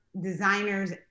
designers